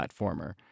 platformer